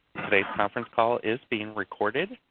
today's conference call is being recorded.